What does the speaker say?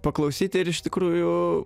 paklausyti ir iš tikrųjų